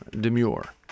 Demure